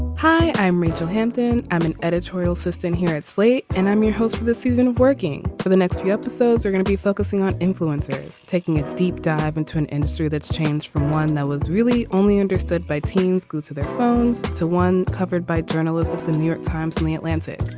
hi i'm rachel hampton. i'm an editorial assistant here at slate and i'm your host for this season working for the next few episodes they're gonna be focusing on influencers taking a deep dive into an industry that's changed from one that was really only understood by teens glued to their phones to one covered by journalists at the new york times and the atlantic.